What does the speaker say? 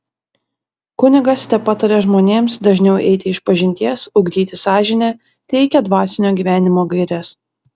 kunigas tepataria žmonėms dažniau eiti išpažinties ugdyti sąžinę teikia dvasinio gyvenimo gaires